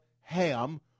Ham